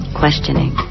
questioning